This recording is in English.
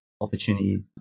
opportunity